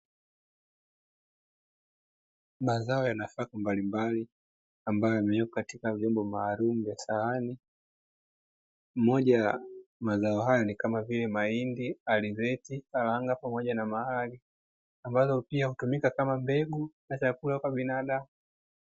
Mazao ya nafaka mbalimbali ambayo yamewekwa katika vyombo maalumu vya sahani, moja ya mazao haya ni kama vile: mahindi, alizeti, karanga pamoja na maharage, ambazo pia hutumika kama mbegu na chakula kwa binadamu.